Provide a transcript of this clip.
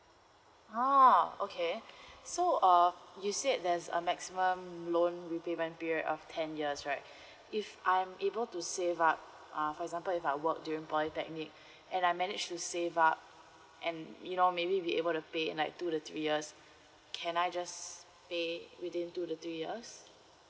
ah okay so err you said there's a maximum loan repayment period of ten years right if I'm able to save up uh for example if I work during polytechnic and I manage to save up and you know maybe be able to pay in like two to three years can I just pay within two to three years